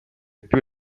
più